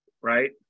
right